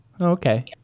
okay